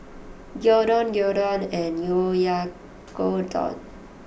Gyudon Gyudon and Oyakodon